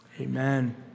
amen